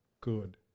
good